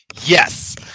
yes